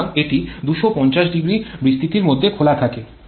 সুতরাং এটি ২৫০০ এর বিস্তৃতির মধ্যে খোলা থাকে